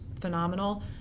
phenomenal